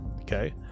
okay